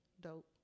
dope